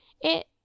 It